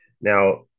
Now